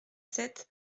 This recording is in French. sept